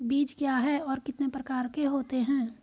बीज क्या है और कितने प्रकार के होते हैं?